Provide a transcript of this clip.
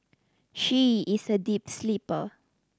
she is a deep sleeper